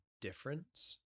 difference